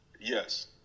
Yes